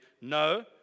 no